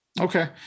Okay